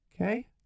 okay